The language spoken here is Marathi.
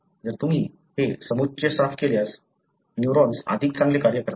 जर तुम्ही हे समुच्चय साफ केल्यास न्यूरॉन्स अधिक चांगले कार्य करतात